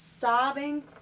sobbing